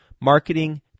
marketing